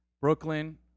Brooklyn